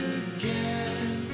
again